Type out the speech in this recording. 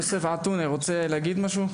יוסף עטאונה, אתה רוצה להגיד משהו?